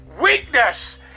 weakness